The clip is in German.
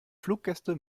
fluggäste